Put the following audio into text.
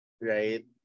right